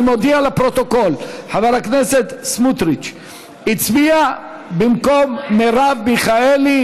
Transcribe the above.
אני מודיע לפרוטוקול: חבר הכנסת סמוטריץ הצביע במקום מרב מיכאלי.